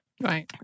Right